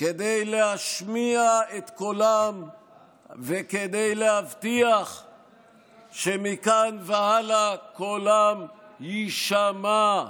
כדי להשמיע את קולם וכדי להבטיח שמכאן והלאה קולם יישמע,